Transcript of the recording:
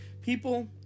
People